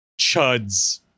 Chuds